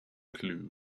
clue